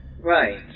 Right